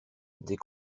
des